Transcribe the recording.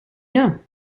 know